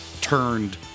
turned